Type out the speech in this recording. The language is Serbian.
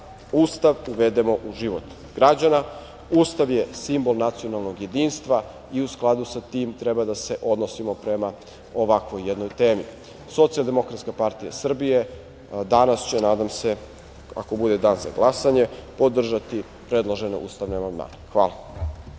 Ustav uvedemo u život građana. Ustav je simbol nacionalnog jedinstva i u skladu sa tim treba da se odnosimo prema ovakvoj jednoj temi. Socijaldemokratska partija Srbije danas će, nadam se, ako bude dan za glasanje, podržati predložene ustavne amandmane. Hvala.